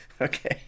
Okay